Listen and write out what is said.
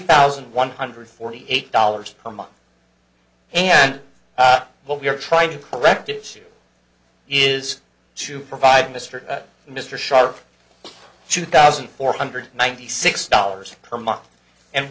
thousand one hundred forty eight dollars per month and what we are trying to correct it is to provide mr mr sharp two thousand four hundred ninety six dollars per month and